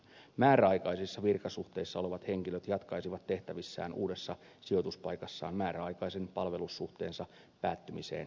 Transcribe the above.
määräaikaisissa virkasuhteissa olevat henkilöt jatkaisivat tehtävissään uudessa sijoituspaikassaan määräaikaisen palvelussuhteensa päättymiseen saakka